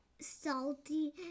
salty